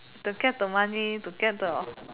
to get the money to get the